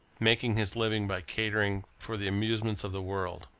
making his living by catering for the amusements of the world.